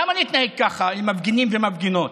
למה להתנהג ככה עם מפגינים ומפגינות?